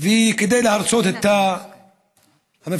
וכדי לרצות את המפלגות,